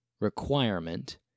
requirement